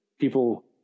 People